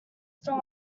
still